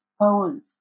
poems